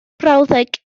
brawddeg